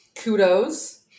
kudos